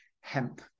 hemp